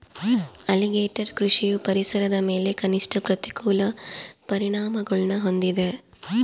alligator ಕೃಷಿಯು ಪರಿಸರದ ಮೇಲೆ ಕನಿಷ್ಠ ಪ್ರತಿಕೂಲ ಪರಿಣಾಮಗುಳ್ನ ಹೊಂದಿದೆ